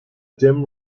dim